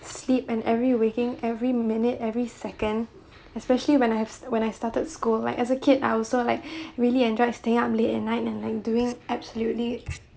sleep and every waking every minute every second especially when I have when I started school like as a kid I also like really enjoyed staying up late at night and like doing absolutely